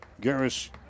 Garris